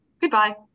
Goodbye